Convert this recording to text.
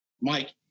Mike